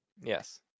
Yes